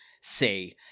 say